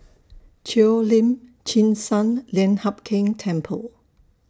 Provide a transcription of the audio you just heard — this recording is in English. Cheo Lim Chin Sun Lian Hup Keng Temple